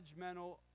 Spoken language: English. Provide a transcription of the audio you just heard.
judgmental